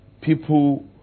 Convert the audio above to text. People